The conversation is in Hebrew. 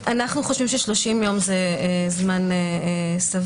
אנחנו חושבים ש-30 ימים זה זמן סביר,